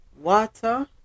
water